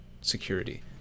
security